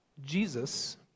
Jesus